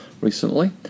recently